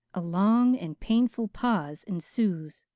a long and painful pause ensues.